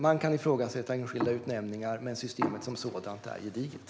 Man kan ifrågasätta enskilda utnämningar, men systemet som sådant är gediget.